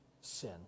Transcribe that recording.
sin